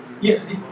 Yes